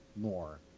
more